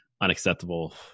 unacceptable